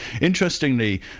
Interestingly